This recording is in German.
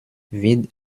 wird